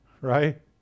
right